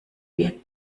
wir